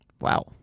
Wow